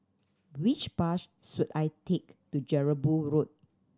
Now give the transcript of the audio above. which bus should I take to Jelebu Road